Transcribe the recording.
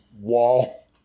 wall